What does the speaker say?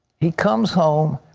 he comes home,